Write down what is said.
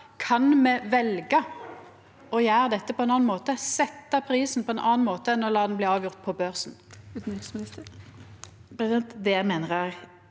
Kan me velja å gjera dette på ein annan måte, velja å setja prisen på ein annan måte enn å la han bli avgjort på børsen?